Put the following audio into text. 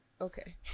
Okay